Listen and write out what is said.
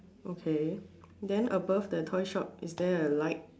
okay then above the toy shop is there a light